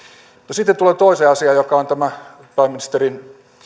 sitten tullaan toiseen asiaan joka on tämä pääministeri